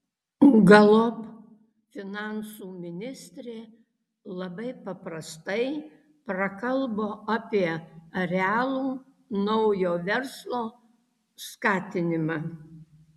galop finansų ministrė labai paprastai prakalbo apie realų naujo verslo skatinimą